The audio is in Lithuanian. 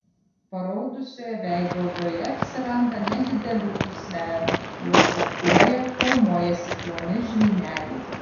paraudusioje veido odoje atsiranda nedidelių pūslelių jos šlapiuoja formuojasi ploni žvyneliai